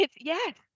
Yes